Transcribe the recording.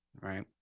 right